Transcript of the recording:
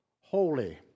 holy